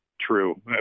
true